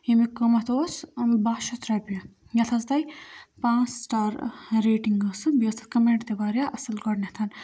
ییٚمیُک قۭمَتھ اوس بَہہ شَتھ رۄپیہِ یَتھ ٲس تۄہہِ پانٛژھ سٕٹار ریٹِنٛگ ٲسوُ بیٚیہِ ٲس تَتھ کَمینٛٹ تہِ واریاہ اَصٕل گۄڈنٮ۪تھ